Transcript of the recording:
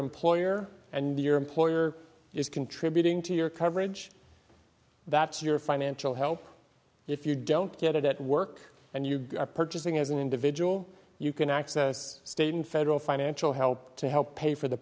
employer and your employer is contributing to your coverage that's your financial help if you don't get it at work and you are purchasing as an individual you can access state and federal financial help to help pay for the